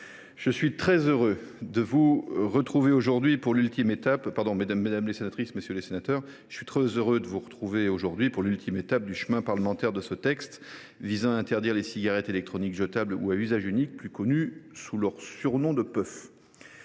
je suis très heureux de vous retrouver aujourd’hui pour l’ultime étape du chemin parlementaire de ce texte visant à interdire les cigarettes électroniques jetables ou à usage unique, plus connues sous leur surnom de puffs.